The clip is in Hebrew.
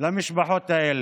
למשפחות האלה.